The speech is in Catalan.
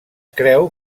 creu